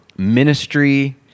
ministry